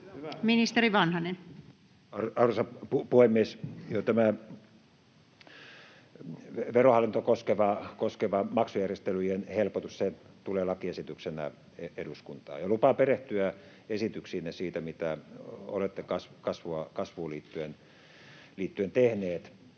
Content: Arvoisa puhemies! Tämä Verohallintoa koskeva maksujärjestelyjen helpotus tulee lakiesityksenä eduskuntaan. Ja lupaan perehtyä esityksiinne siitä, mitä olette kasvuun liittyen tehneet.